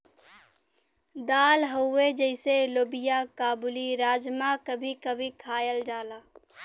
दाल हउवे जइसे लोबिआ काबुली, राजमा कभी कभी खायल जाला